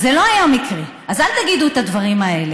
זה לא היה מקרה, אז אל תגידו את הדברים האלה.